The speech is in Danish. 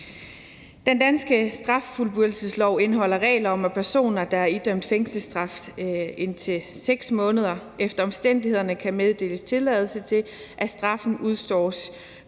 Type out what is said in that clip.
Den danske straffuldbyrdelseslov indeholder regler om, at personer, der er idømt fængselsstraf indtil 6 måneder, efter omstændighederne kan meddeles tilladelse til, at straffen udstås